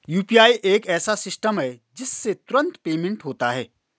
UPI एक ऐसा system है जिससे तुरंत पेमेंट होता है